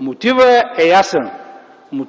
Мотивът е ясен.